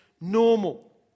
normal